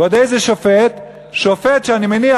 שופט שאני מניח,